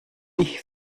ich